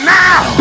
now